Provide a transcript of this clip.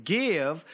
give